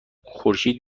خورشید